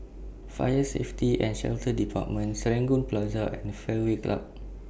Fire Safety and Shelter department Serangoon Plaza and Fairway Club